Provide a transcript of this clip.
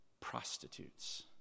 prostitutes